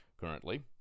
Currently